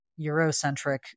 Eurocentric